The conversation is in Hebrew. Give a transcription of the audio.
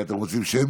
רגע, אתם רוצים שמית?